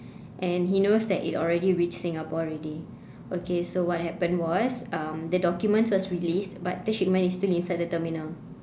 and he knows that it already reached singapore already okay so what happened was um the documents was released but the shipment is still inside the terminal